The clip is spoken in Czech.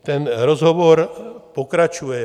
Ten rozhovor pokračuje.